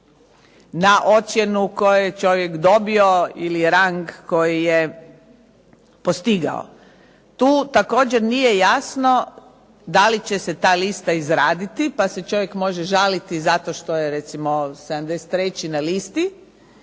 na ocjenu koju je čovjek dobio ili rang koji je postigao. Tu također nije jasno da li će se ta lista izraditi, pa se čovjek može žaliti zato što je 73. na listi,